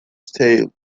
stalled